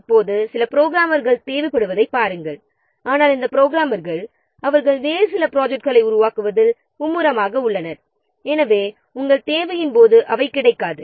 இப்போது சில புரோகிராமர்கள் தேவைப்படுவதைப் பாருங்கள் ஆனால் இந்த புரோகிராமர்கள் வேறு சில ப்ராஜெக்ட்களை உருவாக்குவதில் மும்முரமாக உள்ளனர் எனவே உங்கள் தேவையின் போது அவர்கள் கிடைக்க மாட்டார்கள்